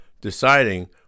deciding